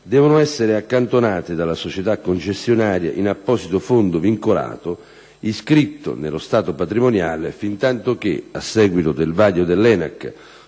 devono essere accantonate dalla società concessionaria in apposito fondo vincolato iscritto nello stato patrimoniale fintanto che, a seguito del vaglio dell'ENAC